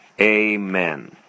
Amen